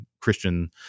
Christian